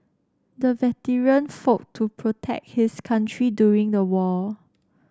the veteran fought to protect his country during the war